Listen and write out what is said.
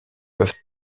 peuvent